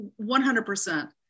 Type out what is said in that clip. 100%